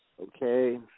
Okay